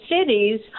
cities